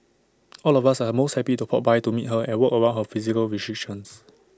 all of us are most happy to pop by to meet her and work around her physical restrictions